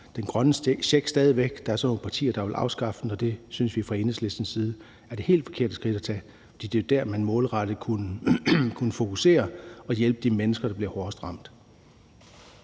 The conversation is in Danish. den grønne check. Der er så nogle partier, der vil afskaffe den, og det synes vi fra Enhedslistens side er det helt forkerte skridt at tage. For med den kan man jo målrette hjælpen til de mennesker, der bliver hårdest ramt.